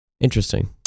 Interesting